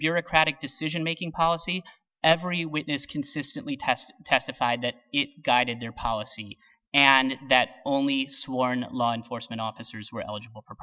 bureaucratic decision making policy every witness consistently test testified that it guided their policy and that only sworn law enforcement officers were eligible for